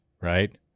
right